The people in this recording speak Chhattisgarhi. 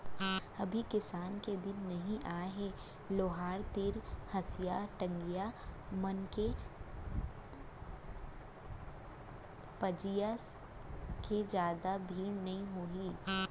अभी किसानी के दिन नइ आय हे लोहार तीर हँसिया, टंगिया मन के पजइया के जादा भीड़ नइ होही